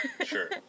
Sure